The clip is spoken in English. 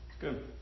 good